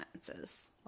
sentences